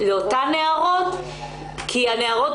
וכמובן שנערוך